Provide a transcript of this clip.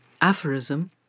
aphorism